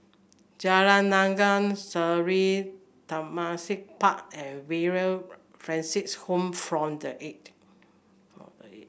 Jalan Naga Sari Tembusu Park and Villa Francis Home form the